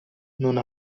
non